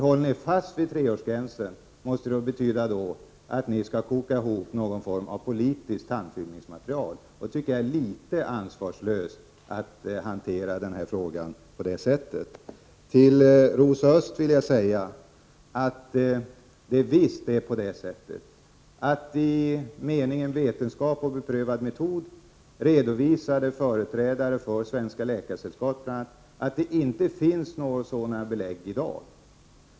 Håller ni fast vid treårsgränsen så betyder det att ni får koka ihop något politiskt tandfyllnadsmaterial. Jag tycker det är litet ansvarslöst att hantera denna fråga på detta sätt. Till Rosa Östh vill jag säga att det är på det sättet att i meningen vetenskap och beprövad metod — redovisade bl.a. företrädare för Svenska läkaresällskapet — att det inte finns något sådant vetenskapligt belägg i dag för att amalgam förorsakar ohälsa.